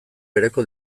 bereko